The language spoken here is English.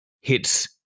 hits